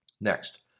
Next